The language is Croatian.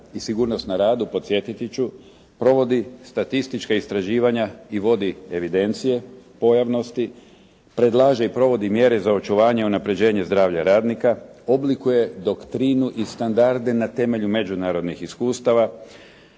i sigurnost na radu, podsjetiti ću provodi statistička istraživanja i vodi evidencije, …/Govornik se ne razumije./… predlaže i provodi mjere za očuvanje, unaprjeđenje zdravlja radnika, oblikuje doktrinu i standarde na temelju međunarodnih iskustava.